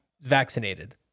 vaccinated